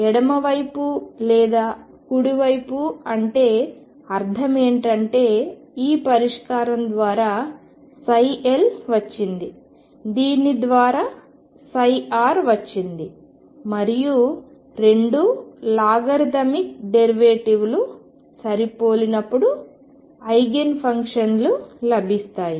ఎడమ లేదా కుడివైపు అంటే అర్థం ఏమిటంటే ఈ పరిష్కారం ద్వారా L వచ్చింది దీని ద్వారా R వచ్చింది మరియు రెండూ లాగరిథమిక్ డెరివేటివ్ లు సరిపోలినప్పుడు ఐగెన్ ఫంక్షన్లు లభిస్తాయి